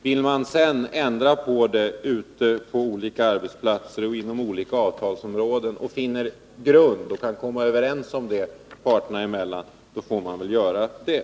Vill man sedan ändra på detta ute på olika arbetsplatser och inom olika avtalsområden, och om man kan komma överens om det parterna emellan, får man väl göra det.